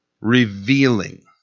revealing